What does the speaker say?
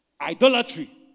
Idolatry